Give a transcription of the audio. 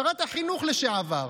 שרת החינוך לשעבר.